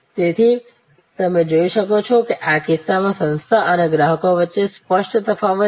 તેથી તમે જોઈ શકો છો કે આ કિસ્સામાં સંસ્થા અને ગ્રાહક વચ્ચે સ્પષ્ટ તફાવત છે